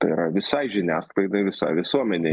tai yra visai žiniasklaidai visai visuomenei